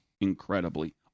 incredibly